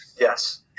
Yes